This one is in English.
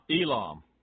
Elam